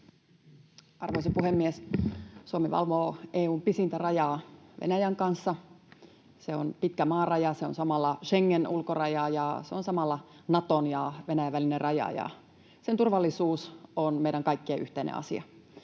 Arvoisa puhemies! Suomi valvoo EU:n pisintä rajaa Venäjän kanssa. Se on pitkä maaraja, se on samalla Schengen-ulkoraja, se on samalla Naton ja Venäjän välinen raja, ja sen turvallisuus on meidän kaikkien yhteinen asia.